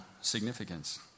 significance